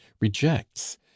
rejects